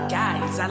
guys